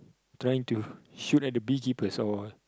trying to shoot at the bee keeper so